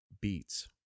beats